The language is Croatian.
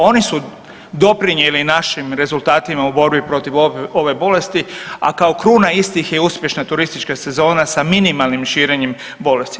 Oni su doprinijeli našim rezultatima u borbi protiv ove bolesti, a kao kruna istih je uspješna turistička sezona sa minimalnim širenjem bolesti.